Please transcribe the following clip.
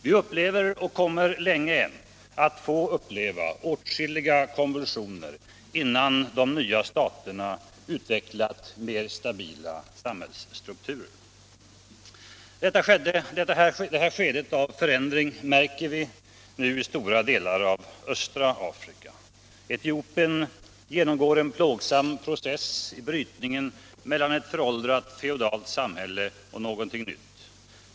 Vi upplever och kommer länge än att få uppleva åtskilliga konvulsioner innan de nya staterna utvecklat mera stabila samhällsstrukturer. Detta skede av förändring märker vi nu i stora delar av östra Afrika. Etiopien genomgår en plågsam process i brytningen mellan ett föråldrat feodalt samhälle och någonting nytt.